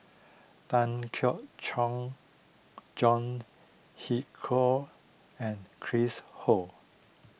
Tan Keong Choon John Hitchcock and Chris Ho